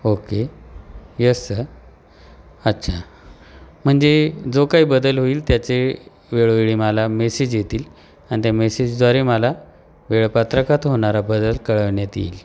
okay yes sir अच्छा म्हणजे जो काही बदल होईल त्याचे वेळोवेळी मला मेसेज येतील आणि त्या मेसेजद्वारे मला वेळपत्रकात होणारा बदल कळवण्यात येईल